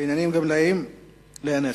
לענייני גמלאים לאה נס.